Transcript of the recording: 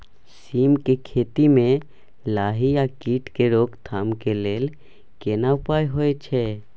सीम के खेती म लाही आ कीट के रोक थाम के लेल केना उपाय होय छै?